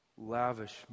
lavish